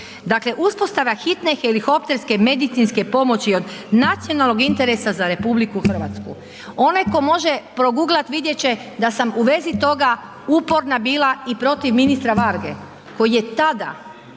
Dakle, uspostava hitne helikopterske medicinske pomoći od nacionalnog je interesa za RH. Onaj tko može proguglat vidjeti će da sam u vezi toga uporna bila i protiv ministra Varge koji je tada,